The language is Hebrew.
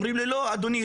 אומרים לי 'לא אדוני,